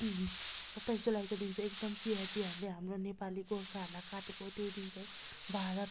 सत्ताइस जुलाईको दिन चाहिँ एकदम सिआरपीहरूले हाम्रो नेपाली गोर्खाहरूलाई काटेको त्यो दिन चाहिँ भारत